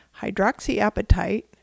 Hydroxyapatite